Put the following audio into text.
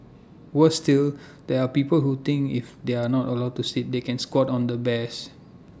worse still there are people who think if they are not allowed to sit they can squat on the bears